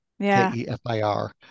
K-E-F-I-R